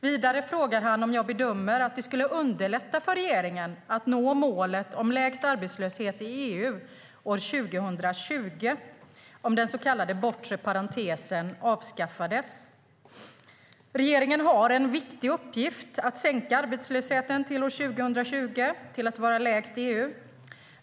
Vidare frågar han om jag bedömer att det skulle underlätta för regeringen att nå målet om lägst arbetslöshet i EU år 2020 om den så kallade bortre parentesen avskaffades. Regeringen har en viktig uppgift att sänka arbetslösheten till att år 2020 vara lägst i EU.